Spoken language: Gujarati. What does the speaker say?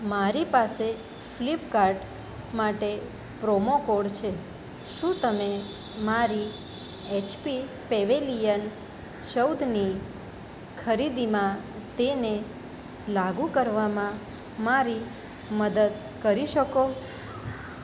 મારી પાસે ફ્લીપકાર્ટ માટે પ્રોમો કોડ છે શું તમે મારી એચપી પેવેલિયન ચૌદની ખરીદીમાં તેને લાગુ કરવામાં મારી મદદ કરી શકો